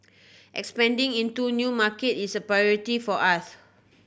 expanding into new market is a priority for us